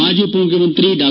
ಮಾಜಿ ಉಪ ಮುಖ್ಯಮಂತ್ರಿ ಡಾ